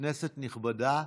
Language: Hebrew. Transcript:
כנסת נכבדה,